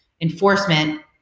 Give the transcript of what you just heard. enforcement